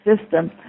system